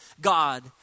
God